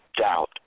doubt